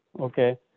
okay